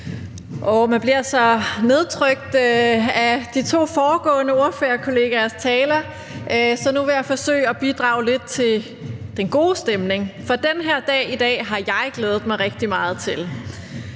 Man bliver så nedtrykt af de to foregående ordførerkollegaers taler, så nu vil jeg forsøge at bidrage lidt til den gode stemning. For den her dag i dag har jeg glædet mig rigtig meget til.